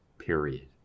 period